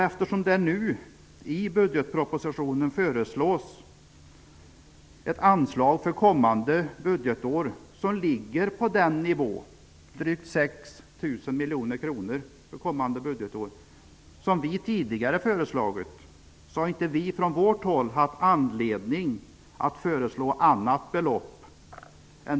Eftersom det nu i budgetpropositionen föreslås ett anslag för kommande budgetår som ligger på den nivå, drygt 6 000 miljoner kronor, som vi tidigare föreslagit, har vi från vårt håll inte haft anledning att föreslå annat belopp.